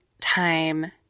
time